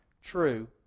true